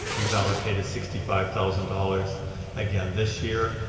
we've allocated sixty five thousand dollars again this year.